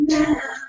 now